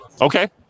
Okay